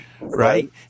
right